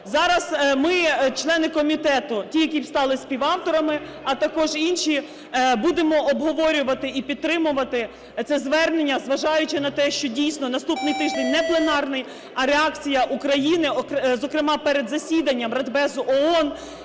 зараз ми, члени комітету, ті, які стали співавторами, а також інші, будемо обговорювати і підтримувати це звернення, зважаючи на те, що дійсно наступний тиждень непленарний, а реакція України, зокрема перед засіданням Радбезу ООН,